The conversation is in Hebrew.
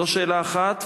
זו שאלה אחת.